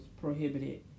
prohibited